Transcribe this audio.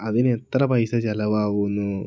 അതിന് എത്ര പൈസ ചെലവാകുന്നു